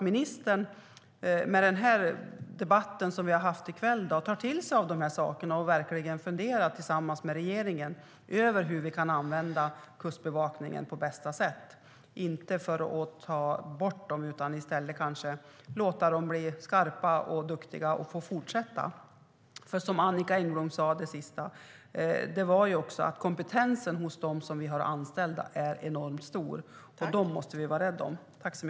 Med kvällens debatt hoppas jag att ministern tar till sig det som har sagts och verkligen funderar tillsammans med regeringen över hur Kustbevakningen kan användas på bästa sätt, inte dra in den utan låta den bli skarp och duktig och låta den fortsätta. Som Annicka Engblom sade är kompetensen hos de anställda är enormt stor, och dem måste vi vara rädda om.